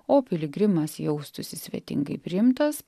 o piligrimas jaustųsi svetingai priimtas